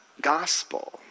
gospel